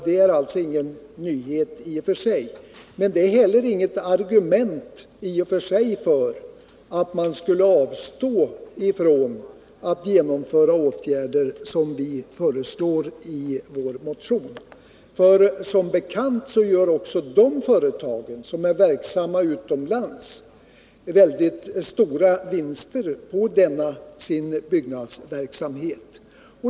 Det är alltså ingen nyhet, men det är heller inget argument för att man skall avstå från att vidta sådana åtgärder som vi föreslår i vår motion, för som bekant gör också de företag som är verksamma utomlands väldigt stora vinster på denna sin byggnadsverksamhet.